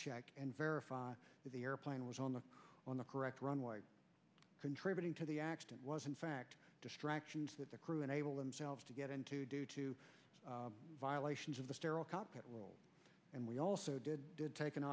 check and verify that the airplane was on the on the correct runway contributing to the accident was in fact distractions that the crew unable themselves to get into due to violations of the sterile cockpit and we also did did take an